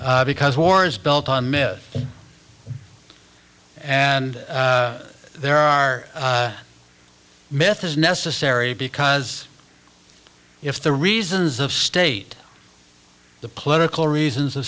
because war is built on myth and there are myth is necessary because if the reasons of state the political reasons